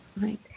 Right